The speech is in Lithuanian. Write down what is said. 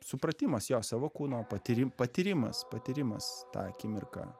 supratimas jo savo kūno patyrimas patyrimas patyrimas tą akimirką